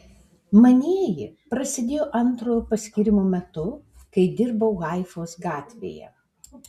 manieji prasidėjo antrojo paskyrimo metu kai dirbau haifos gatvėje